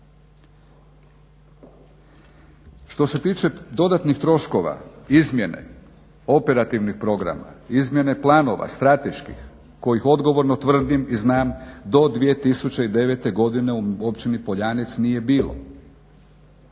Što se tiče dodatnih troškova, izmjene operativnih programa, izmjene planova strateških kojih odgovorno tvrdim i znam do 2009. godine u Općini Poljanec nije bilo,